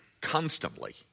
constantly